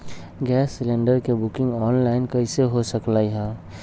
Gas cylinder के booking online कईसे हो सकलई ह?